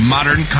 Modern